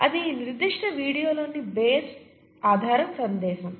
అది ఈ నిర్దిష్ట వీడియోలోని బేస్ సమాచారం ఆధార సందేశం